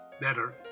better